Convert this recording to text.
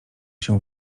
się